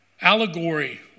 allegory